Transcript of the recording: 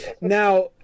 Now